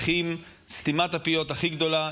סתימת הפיות הכי גדולה.